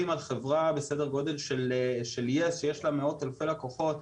על חברה בסדר גודל של יס שיש לה מאות אלפי לקוחות,